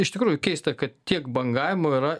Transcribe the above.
iš tikrųjų keista kad tiek bangavimo yra